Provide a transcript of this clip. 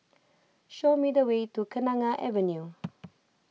show me the way to Kenanga Avenue